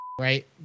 right